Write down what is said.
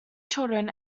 children